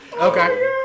Okay